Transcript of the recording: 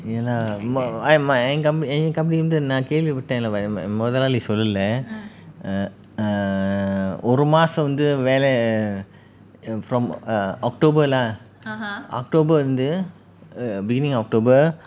ya lah என் company வந்து:en company vanthu err err நான் கேள்விப்பட்டேன் மொத நாள் நீ சொல்லல:naan kelvi paten motha naal nee sollala mask ஒரு மாசம் வந்து வேலை:oru maasam vanthu velai from err october lah october வந்து:vanthu beginning october